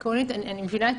עקרונית, אני מבינה.